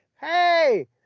hey